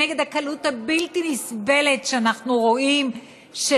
נגד הקלות הבלתי-נסבלת שאנחנו רואים של